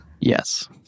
Yes